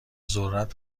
ذرت